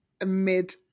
amid